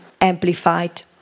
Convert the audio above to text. Amplified